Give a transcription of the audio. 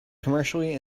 commercially